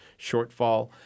shortfall